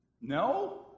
No